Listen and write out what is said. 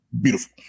beautiful